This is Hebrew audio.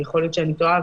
יכול להיות שאני טועה,